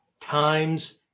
times